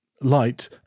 light